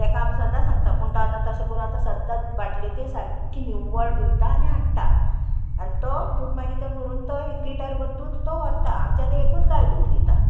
तेका आमी सद्दां सांगता पूण तो आतां तशें करून आतां सद्दां बाटली ती सारकी निवळ धुयता आनी हाडटा आनी तो दूद मागीर तें भरून तो एक लिटरभर दूद तो व्हरता आमचे थंय एकूच गाय दूद दिता